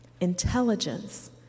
intelligence